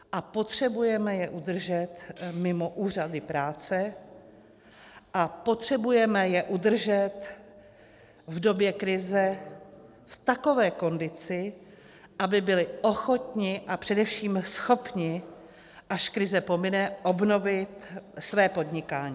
A potřebujeme je udržet mimo úřady práce a potřebujeme je udržet v době krize v takové kondici, aby byli ochotni a především schopni, až krize pomine, obnovit své podnikání.